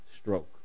stroke